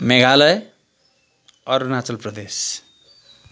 Meghalaya Arunachal Pradesh